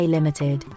Limited